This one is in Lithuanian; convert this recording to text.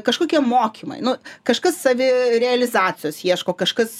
kažkokie mokymai nu kažkas savirealizacijos ieško kažkas